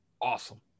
awesome